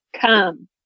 Come